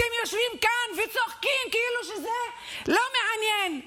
אתם יושבים כאן וצוחקים כאילו שזה לא מעניין,